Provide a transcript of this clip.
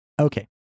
okay